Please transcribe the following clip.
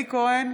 אלי כהן,